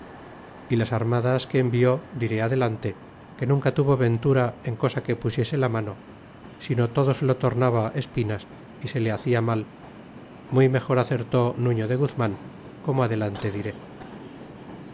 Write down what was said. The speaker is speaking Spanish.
y las armadas que envió diré adelante que nunca tuvo ventura en cosa que pusiese la mano sino todo se lo tornaba espinas y se le hacia mal muy mejor acertó nurio de guzman como adelante diré